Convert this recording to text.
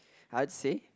I'd say